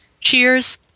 Cheers